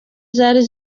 zari